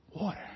water